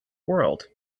world